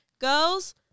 Girls